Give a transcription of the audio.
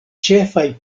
ĉefaj